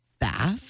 bath